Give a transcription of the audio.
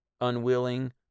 unwilling